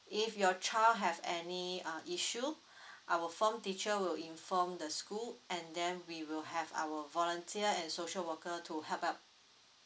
if your child have any uh issue our form teacher will inform the school and then we will have our volunteer and social worker to help out